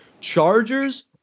Chargers-